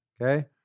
okay